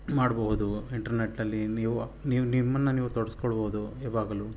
ಮಾಡ್ಬೋದು ಇಂಟರ್ನೆಟ್ಟಲ್ಲಿ ನೀವು ನೀವು ನಿಮ್ಮನ್ನು ನೀವು ತೊಡಸ್ಕೊಳ್ಬೋದು ಯಾವಾಗಲು